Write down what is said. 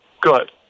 Good